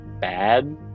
bad